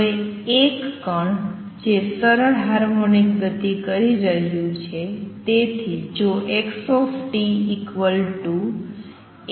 હવે એક કણ છે જે સરળ હાર્મોનિક ગતિ કરી રહ્યું છે